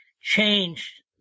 changed